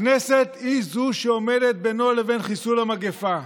הכנסת היא שעומדת בינו לבין חיסול המגפה.